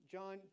John